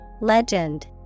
Legend